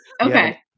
Okay